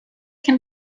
can